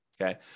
okay